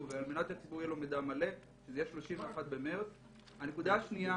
ועל-מנת שלציבור יהיה מידע מלא וזה יהיה עד 31.3. נקודה שנייה.